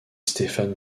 stéphane